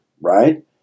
right